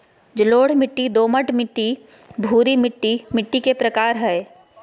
जलोढ़ मिट्टी, दोमट मिट्टी, भूरी मिट्टी मिट्टी के प्रकार हय